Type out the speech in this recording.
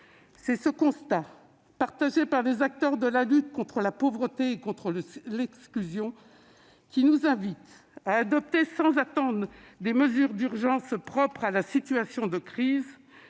C'est ce constat partagé par les acteurs de la lutte contre la pauvreté et contre l'exclusion qui nous invite à adopter sans attendre des mesures d'urgence propres à la situation de crise